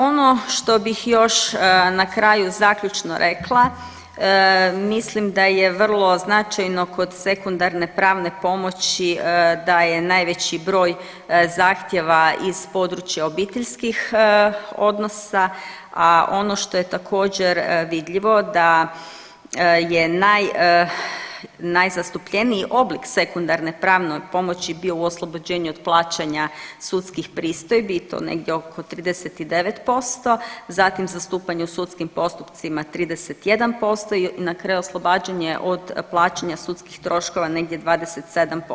Ono što bih još na kraju zaključno rekla, mislim da je vrlo značajno kod sekundarne pravne pomoći da je najveći broj zahtjeva iz područja obiteljskih odnosa, a ono što je također vidljivo da je najzastupljeniji oblik sekundarne pravne pomoći bio u oslobođenju od plaćanja sudskih pristojbi i to negdje oko 39%, zatim zastupanje u sudskim postupcima 31% i na kraju oslobađanje od plaćanja sudskih troškova negdje 27%